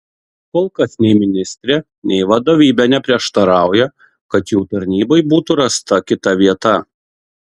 kol kas nei ministrė nei vadovybė neprieštarauja kad jų tarnybai būtų rasta kita vieta